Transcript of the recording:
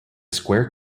square